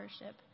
worship